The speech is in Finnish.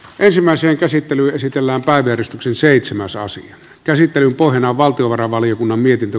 ensimmäiseen käsittelyyn esitellään kaderistyksen seitsemän soosi käsittelyn pohjana on valtiovarainvaliokunnan mietintö